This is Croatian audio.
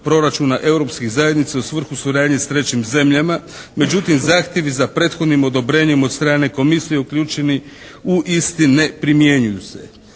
proračuna europskih zajednica u svrhu suradnje sa trećim zemljama. Međutim, zahtjevi za prethodnim odobrenjem od strane komisije uključeni u isti ne primjenjuju se.